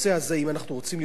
אם אנחנו רוצים להיות עקביים,